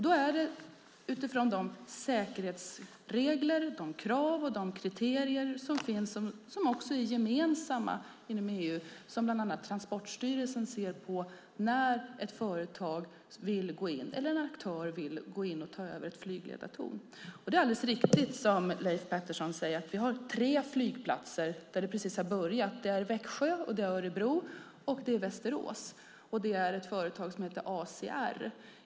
Då är det utifrån de säkerhetsregler, de krav och de kriterier som finns och som är gemensamma inom EU och som bland annat Transportstyrelsen ser på när ett företag eller aktör vill gå in och ta över ett flygledartorn. Det är alldeles riktigt, som Leif Pettersson säger, att vi har tre flygplatser där det här precis har börjat. Det är Växjö, Örebro och Västerås. Det är ett företag som heter ACR.